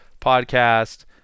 podcast